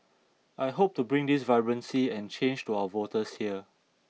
I hope to bring this vibrancy and change to our voters here